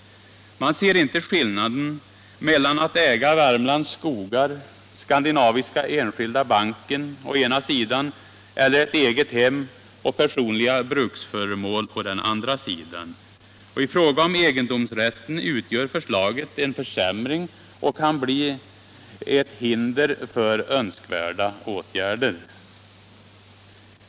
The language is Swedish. Man ser inte skillnaden mellan att äga Värmlands skogar, Skandinaviska Enskilda Banken å ena sidan och ett eget hem och personliga bruksföremål å andra sidan. I fråga om egendomsrätten utgör förslaget en försämring och kan bli ett hinder för önskvärda åtgärder.